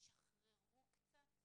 תשחררו קצת,